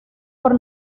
por